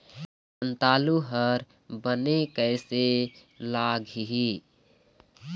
संतालु हर बने कैसे लागिही?